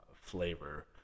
flavor